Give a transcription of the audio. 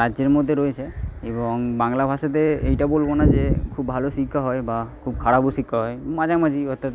রাজ্যের মধ্যে রয়েছে এবং বাংলা ভাষাতে এইটা বলব না যে খুব ভালো শিক্ষা হয় বা খুব খারাপও শিক্ষা হয় মাঝামাঝি অর্থাৎ